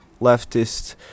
leftist